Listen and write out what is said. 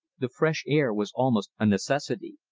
the fresh air was almost a necessity,